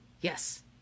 Yes